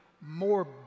more